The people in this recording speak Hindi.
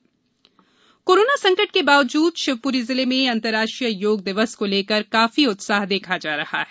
योग दिवस कोरोना संकट के बावजूद शिवपुरी जिले में अंतरराष्ट्रीय योग दिवस को लेकर काफी उत्साह देखा जा रहा है